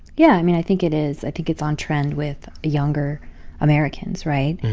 yeah, i mean, i think it is. i think it's on trend with younger americans, right?